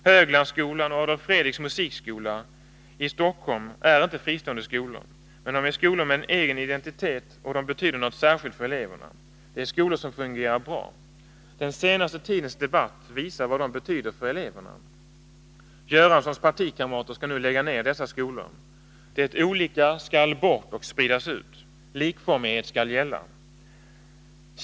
Höglandsskolan och Adolf Fredriks musikskola i Stockholm är inte fristående skolor, men de är skolor med egen identitet, och de betyder något särskilt för eleverna. De är skolor som fungerar bra. Den senaste tidens debatt visar vad de betyder för eleverna. Herr Göranssons partikamrater skall nu lägga ner dessa skolor. Det avvikande skall bort och spridas ut, likformighet skall gälla.